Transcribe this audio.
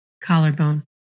Collarbone